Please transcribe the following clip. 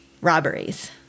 robberies